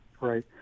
Right